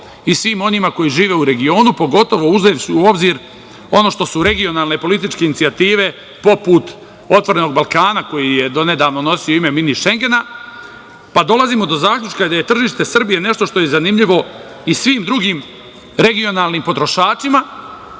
i svim onima koji žive u regionu, pogotovo uzevši u obzir ono što su regionalne i političke inicijative poput otvorenog Balkana koji je donedavno nosio ime „mini Šengena“, pa dolazimo do zaključka da je tržište Srbije nešto što je zanimljivo i svim drugim regionalnim potrošačima,